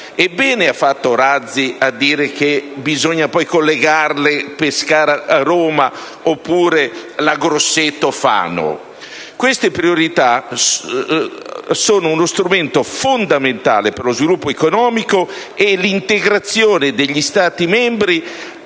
senatore Razzi a dire che bisognerà collegare Pescara e Roma o Grosseto e Fano. Queste priorità sono uno strumento fondamentale per lo sviluppo economico e l'integrazione degli Stati membri.